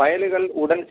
ഫയലുകൾ ഉടൻ സി